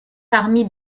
parmi